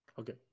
Okay